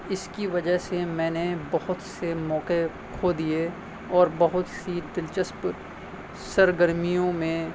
اس کی وجہ سے میں نے بہت سے موکعے کھو دیے اور بہت سی دلچسپ سرگرمیوں میں